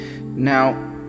Now